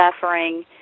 suffering